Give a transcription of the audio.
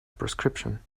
prescription